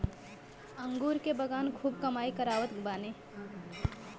अंगूर के बगान खूब कमाई करावत बाने